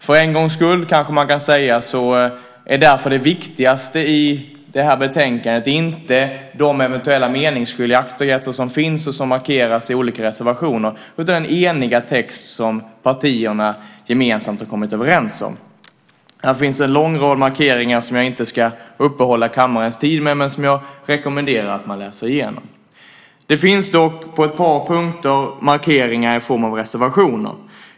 För en gångs skull, kanske man kan säga så, är därför det viktigaste i det här betänkandet inte de eventuella meningsskiljaktigheter som finns och som markeras i olika reservationer, utan det är den eniga text som partierna gemensamt har kommit överens om. Här finns en lång rad markeringar som jag inte ska uppehålla kammarens tid med men som jag rekommenderar att man läser igenom. Det finns dock på ett par punkter markeringar i form av reservationer.